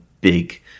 big